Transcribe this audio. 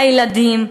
הילדים,